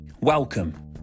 Welcome